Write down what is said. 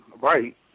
right